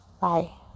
Bye